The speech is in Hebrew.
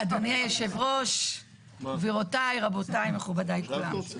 אדוני יושב הראש, גבירותיי, רבותיי, מכובדיי כולם.